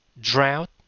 Drought